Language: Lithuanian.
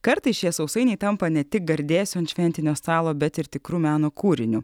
kartais šie sausainiai tampa ne tik gardėsiu ant šventinio stalo bet ir tikru meno kūriniu